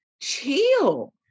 chill